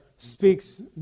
Speaks